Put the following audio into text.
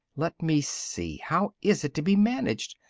let me see how is it to be managed?